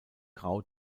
grau